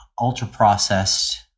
ultra-processed